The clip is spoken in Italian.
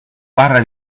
barra